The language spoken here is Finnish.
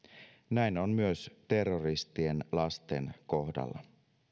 näin on myös terroristien lasten kohdalla